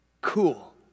cool